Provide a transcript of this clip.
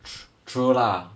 true lah